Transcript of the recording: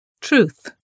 Truth